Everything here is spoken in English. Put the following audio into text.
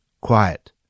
Quiet